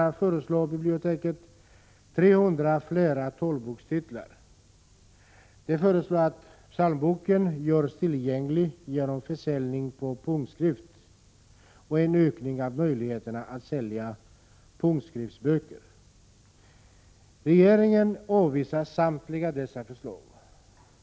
a. föreslår biblioteket 300 fler talbokstitlar, att psalmboken görs tillgänglig genom försäljning på punktskrift och en ökning av möjligheterna att sälja punktskriftsböcker. Regeringen avvisar samtliga dessa förslag.